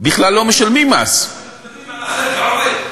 בכלל לא משלמים מס, אנחנו מדברים על החלק העובד.